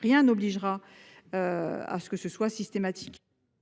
rien n'obligera à ce que ce soit systématique.